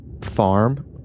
farm